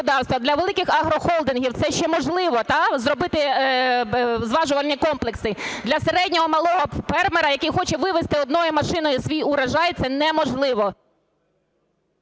для великих агрохолдингів це ще можливо, та, зробити зважувальні комплекси. Для середнього, малого фермера, який хоче вивезти однією машиною свій урожай, це неможливо.